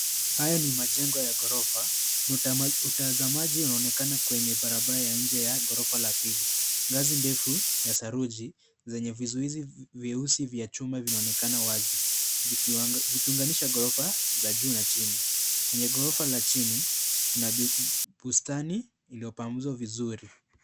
Haya ni majengo ya ghorofa na utazamaji unaonekana kwenye barabara ya nje ya ghorofa la pili . Ngazi ndefu ya saruji zenye vizuizi vyeusi vya chuma vinaonekana wazi vikiunganisha ghorofa za juu na chini . Kenye ghorofa la chini kuna bustani iliyopanguzwa vizuri.